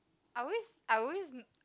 I always I always